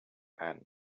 ann